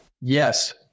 Yes